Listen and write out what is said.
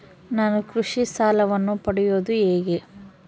ನಾನು ಕೃಷಿ ಸಾಲವನ್ನು ಪಡೆಯೋದು ಹೇಗೆ?